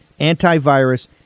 antivirus